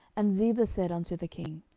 and ziba said unto the king,